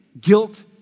guilt